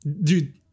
Dude